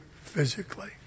physically